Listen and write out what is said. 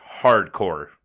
hardcore